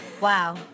Wow